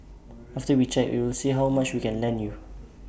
after we check we will see how much we can lend you